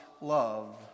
love